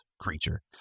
creature